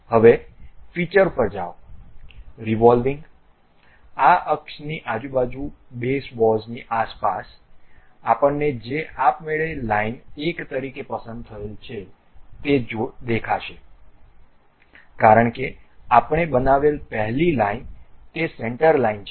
હવે ફીચર પર જાઓ રીવોલ્વીંગ આ અક્ષની આજુબાજુ બોસ બેઝની આસપાસ આપણને જે આપમેળે લાઇન 1 તરીકે પસંદ થયેલ છે તે જોઈશે કારણ કે આપણે બનાવેલ પહેલી લાઈન તે સેન્ટર લાઇન છે